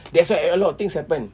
that's why a lot of things happened